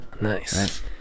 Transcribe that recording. Nice